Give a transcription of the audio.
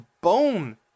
bone